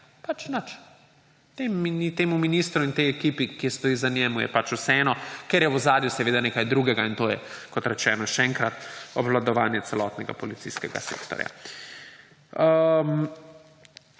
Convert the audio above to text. Pač nič. Temu ministru in tej ekipi, ki stoji za njim, je pač vseeno, ker je v ozadju seveda nekaj drugega, in to je, kot rečeno še enkrat, obvladovanje celotnega policijskega sektorja.